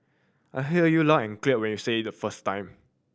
I heard you loud and clear when you said it the first time